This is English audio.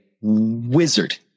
wizard